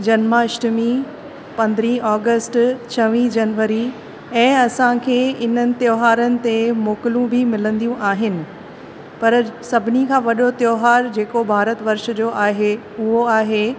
जन्माष्टमी पंद्रहीं ऑगस्ट छवीह जनवरी ऐं असांखे हिननि त्योहारनि ते मोकिलियूं बि मिलंदियूं आहिनि पर सभिनी खां वॾो त्योहार जेको भारत वर्ष जो आहे उहो आहे